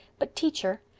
but, teacher,